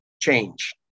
change